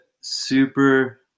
super